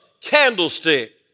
candlestick